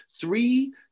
three